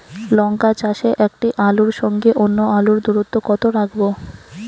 লঙ্কা চাষে একটি আলুর সঙ্গে অন্য আলুর দূরত্ব কত রাখবো?